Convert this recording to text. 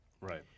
Right